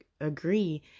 agree